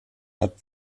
hat